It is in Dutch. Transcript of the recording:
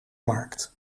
markt